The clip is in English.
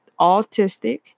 autistic